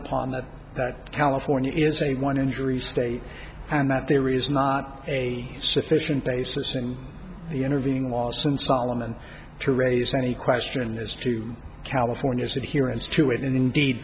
upon that california is a one injury state and that there is not a sufficient basis in the intervening law since solomon to raise any question as to california sit here and see to it indeed